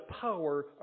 power